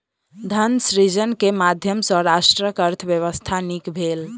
धन सृजन के माध्यम सॅ राष्ट्रक अर्थव्यवस्था नीक भेल